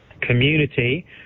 community